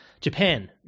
Japan